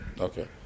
Okay